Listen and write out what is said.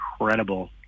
incredible